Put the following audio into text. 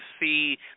see